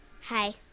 Hi